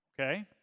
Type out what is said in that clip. Okay